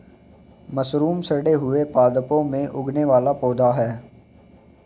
mushroom सड़े हुए पादपों में उगने वाला एक पौधा है